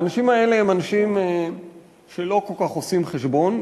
האנשים האלה הם אנשים שלא כל כך עושים חשבון,